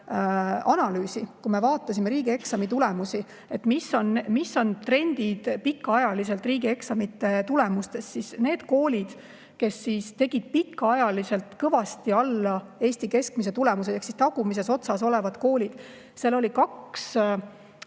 kui me vaatasime riigieksami tulemusi, mis trendid on pikaajaliselt riigieksamite tulemustes, siis neis koolides, kes tegid pikaajaliselt kõvasti alla Eesti keskmise tulemuse ehk siis tagumises otsas olevad koolid, oli kaks